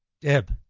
Deb